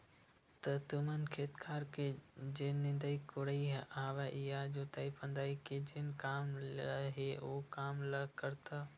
त तुमन खेत खार के जेन निंदई कोड़ई हवय या जोतई फंदई के जेन काम ल हे ओ कामा ले करथव?